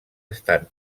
estan